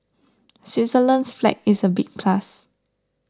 Switzerland's flag is a big plus